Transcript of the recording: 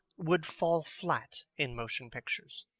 would fall flat in motion pictures.